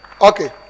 okay